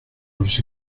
vous